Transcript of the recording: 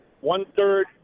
One-third